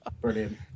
brilliant